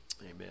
Amen